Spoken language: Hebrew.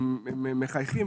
הם מחייכים,